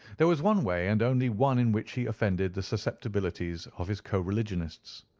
there was one way and only one in which he offended the susceptibilities of his co-religionists.